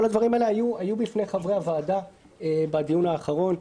כל הדברים האלה היו בפני חברי הוועדה בדיון האחרון.